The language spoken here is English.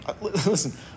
Listen